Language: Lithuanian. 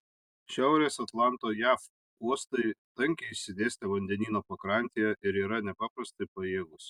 šiaurės atlanto jav uostai tankiai išsidėstę vandenyno pakrantėje ir yra nepaprastai pajėgūs